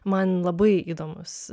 man labai įdomus